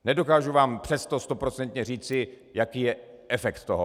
Nedokážu vám přesto stoprocentně říci, jaký je efekt toho.